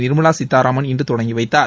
நிர்மலா சீதாராமன் இன்று தொடங்கி வைத்தார்